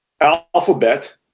Alphabet